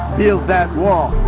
build that wall.